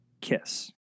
kiss